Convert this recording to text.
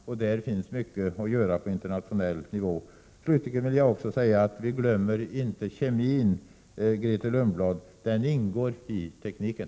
Det finns mycket att göra på internationell nivå. Slutligen vill jag också säga att vi glömmer inte kemin, Grethe Lundblad. Den ingår i tekniken.